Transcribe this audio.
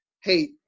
Hey